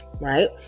right